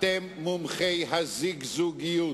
אתם מומחי הזיגזוגיות.